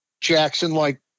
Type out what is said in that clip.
Jackson-like